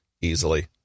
easily